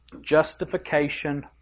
justification